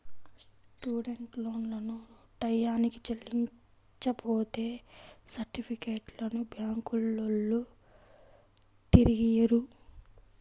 student లోన్లను టైయ్యానికి చెల్లించపోతే సర్టిఫికెట్లను బ్యాంకులోల్లు తిరిగియ్యరు